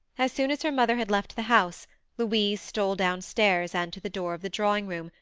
as soon as her mother had left the house louise stole downstairs and to the door of the drawing-room,